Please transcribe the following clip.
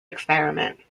experiment